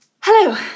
Hello